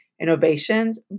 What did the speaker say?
innovations